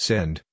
Send